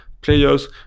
players